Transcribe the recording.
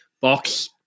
box